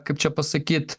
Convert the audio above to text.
kaip čia pasakyt